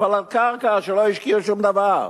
אבל על קרקע שלא השקיעו שום דבר?